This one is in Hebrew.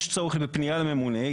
יש צורך בפנייה לממונה,